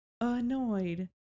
annoyed